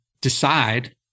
decide